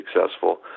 successful